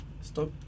stop